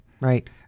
Right